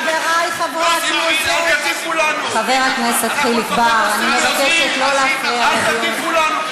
חברי חברי הכנסת, אל תטיפו לנו.